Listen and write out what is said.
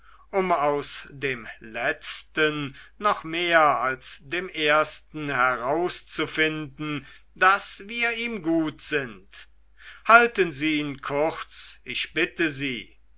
um aus dem letzten noch mehr als dem ersten herauszufinden daß wir ihm gut sind halten sie ihn kurz ich bitte sie